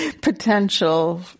potential